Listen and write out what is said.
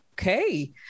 Okay